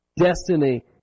destiny